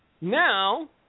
now